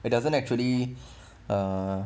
it doesn't actually uh